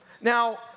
Now